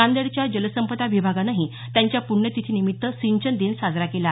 नांदेडच्या जलसंपदा विभागानंही त्यांच्या पुण्यतिथीनिमित्त सिंचनदिन साजरा केला